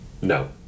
No